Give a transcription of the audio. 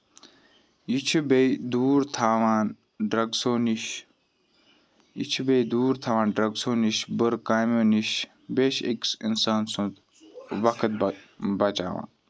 یہِ چھُ بیٚیہِ دوٗر تھاوان ڈرگسو نِش یہِ چھُ بیٚیہِ دوٗر تھاوان ڈرگسو نِش بُرٕ کامیو نِش بیٚیہِ چھُ أکِس اِنسان سُند وقت بَچاوان